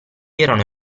erano